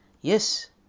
Yes